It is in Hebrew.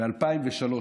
ב-2003